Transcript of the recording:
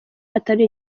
atari